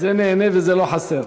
זה נהנה וזה לא חסר.